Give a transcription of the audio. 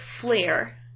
flare